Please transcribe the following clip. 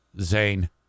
Zane